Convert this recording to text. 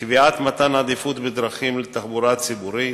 קביעת מתן עדיפות בדרכים לתחבורה ציבורית,